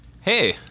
hey